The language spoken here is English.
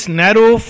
narrow